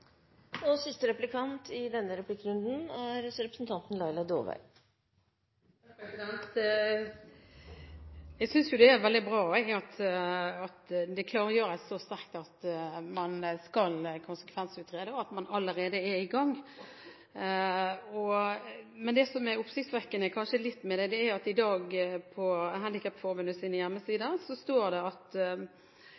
representanten Sylvi Graham. Jeg synes det er veldig bra at det klargjøres så sterkt at man skal konsekvensutrede, og at man allerede er i gang. Det som kanskje er litt oppsiktsvekkende med det, er at det på Handikapforbundets hjemmesider i dag